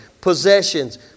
possessions